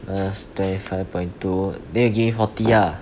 plus twenty five point two then you give me forty lah